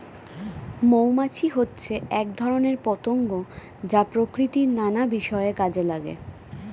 মৌমাছি হচ্ছে এক ধরনের পতঙ্গ যা প্রকৃতির নানা বিষয়ে কাজে লাগে